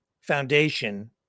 foundation